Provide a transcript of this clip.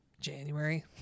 January